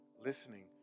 Listening